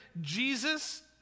Jesus